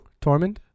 Tormund